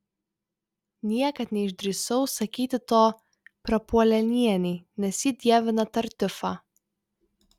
niekad neišdrįsau sakyti to prapuolenienei nes ji dievina tartiufą